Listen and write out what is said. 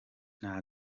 nta